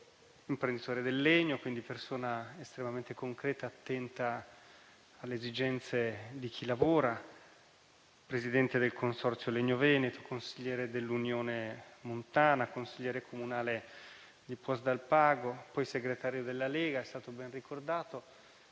imprenditore del legno e quindi persona estremamente concreta e attenta alle esigenze di chi lavora. Presidente del Consorzio Legno veneto, consigliere dell'Unione montana, consigliere comunale di Puos d'Alpago, segretario della Lega. Come è stato ben ricordato,